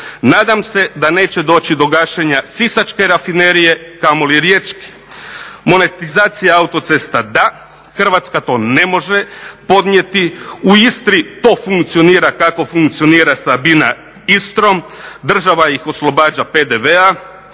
Nadam se da neće doći do gašenja sisačke rafinerije, kamoli riječke. Monetizacija autocesta da, Hrvatska to ne može podnijeti. U Istri to funkcionira kako funkcionira sa … Istrom, država ih oslobađa PDV-a